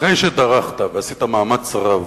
אחרי שדרכת, ועשית מאמץ רב,